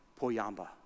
poyamba